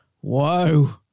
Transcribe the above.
whoa